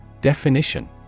Definition